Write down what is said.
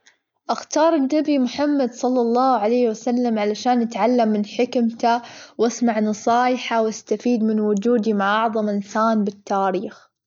أختار النبي محمد صلى الله عليه وسلم علشان نتعلم من حكمته، وأسمع نصايحه، وأستفيد من وجودي مع أعظم إنسان بالتاريخ.